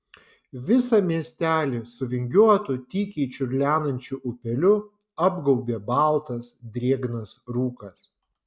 visą miesteli su vingiuotu tykiai čiurlenančiu upeliu apgaubė baltas drėgnas rūkas